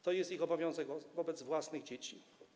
To jest ich obowiązek wobec własnych dzieci.